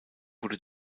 wurden